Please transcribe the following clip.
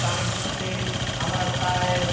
connect হতে আমার প্রায়